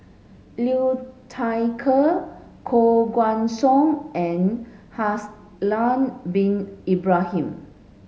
Liu Thai Ker Koh Guan Song and Haslir bin Ibrahim